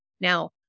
Now